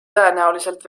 tõenäoliselt